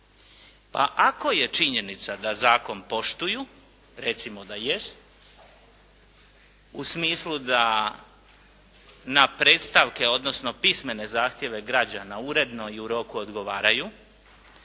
Pa ako je činjenica da zakon poštuju, recimo da jest u smislu da na predstavke, odnosno pismene zahtjeve građana uredno i u roku odgovaraju